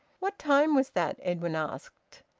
what time was that? edwin asked,